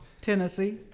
Tennessee